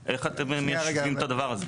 אז איך אתם מיישבים את הדבר הזה?